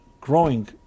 growing